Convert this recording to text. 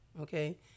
Okay